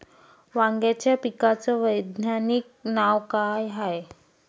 वांग्याच्या पिकाचं वैज्ञानिक नाव का हाये?